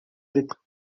lettre